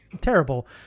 terrible